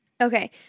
okay